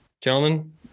gentlemen